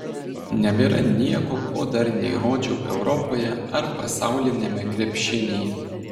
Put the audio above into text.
nebėra nieko ko dar neįrodžiau europoje ar pasauliniame krepšinyje